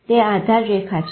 તે આધાર રેખા છે